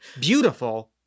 beautiful